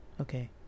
okay